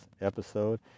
episode